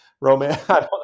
romance